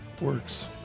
works